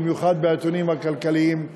במיוחד בעיתונים הכלכליים,